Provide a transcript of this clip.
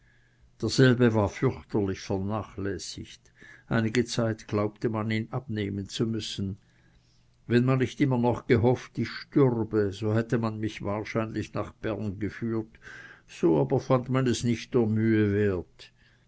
derselbe war fürchterlich vernachlässigt einige zeit glaubte man ihn abnehmen zu müssen wenn man nicht immer noch gehofft ich stürbe so hätte man mich wahrscheinlich nach bern geführt so aber fand man es nicht der mühe wert